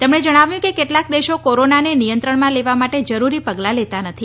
તેમણે જણાવ્યું કે કેટલાક દેશો કોરોનાને નિયંત્રણમાં લેવા માટે જરૂરી પગલાં લેતા નથી